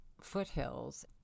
foothills